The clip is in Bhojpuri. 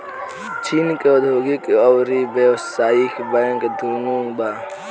चीन के औधोगिक अउरी व्यावसायिक बैंक दुनो बा